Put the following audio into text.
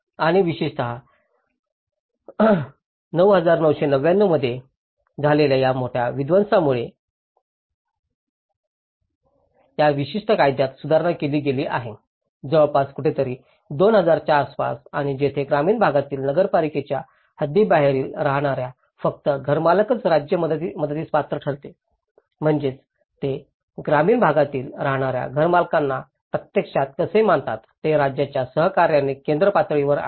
आणि विशेषतः 9999 मध्ये झालेल्या या मोठ्या विध्वंसमुळे या विशिष्ट कायद्यात सुधारणा केली गेली आहे जवळपास कुठेतरी 2000 च्या आसपास आणि येथेच ग्रामीण भागातील नगरपालिकेच्या हद्दीबाहेरील राहणाऱ्या फक्त घरमालकच राज्य मदतीस पात्र ठरतील म्हणजेच ते ग्रामीण भागात राहणाऱ्या घरमालकांना प्रत्यक्षात कसे मानतात हे राज्याच्या सहकार्याने केंद्र पातळीवर आहे